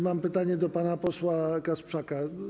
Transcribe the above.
Mam pytanie do pana posła Kasprzaka.